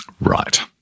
Right